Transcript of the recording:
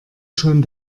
schon